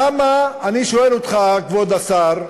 למה, אני שואל אותך, כבוד השר,